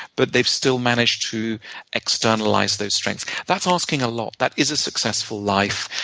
but they've still managed to externalize their strengths. that's asking a lot. that is a successful life.